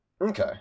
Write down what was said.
Okay